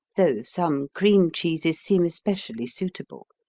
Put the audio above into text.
though some cream cheeses seem especially suitable.